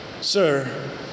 sir